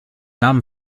namen